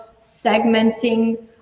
segmenting